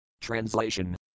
Translation